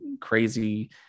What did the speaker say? crazy